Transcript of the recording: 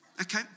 okay